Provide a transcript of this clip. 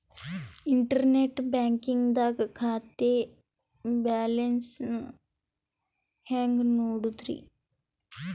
Internet banking ದಾಗ ಖಾತೆಯ balance ನ ಹೆಂಗ್ ನೋಡುದ್ರಿ?